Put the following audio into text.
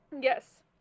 Yes